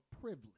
privilege